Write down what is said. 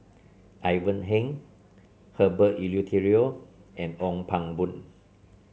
Ivan Heng Herbert Eleuterio and Ong Pang Boon